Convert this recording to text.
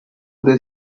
the